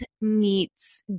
meets